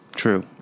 True